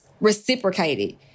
reciprocated